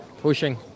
pushing